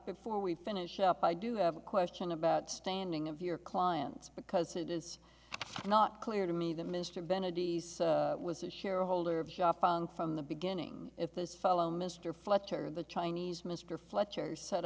before we finish up i do have a question about standing of your clients because it is not clear to me that mr bennett was a shareholder of from the beginning if this fellow mr fletcher the chinese mr fletcher's set